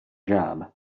job